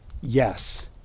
Yes